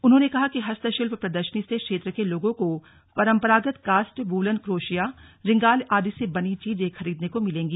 उन्होंने कहा कि हस्तशिल्प प्रदर्शनी से क्षेत्र के लोगों को परम्परागत कास्ट वूलन क्रोशिया रिंगाल आदि से बनी चीजें खरीदने को मिलेंगी